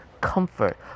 comfort